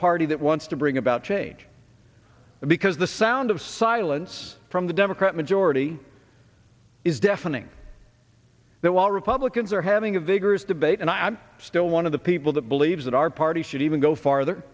party that wants to bring about change because the sound of silence from the democrat majority is deafening that will republicans are having a vigorous debate and i'm still one of the people that believes that our party should even go farther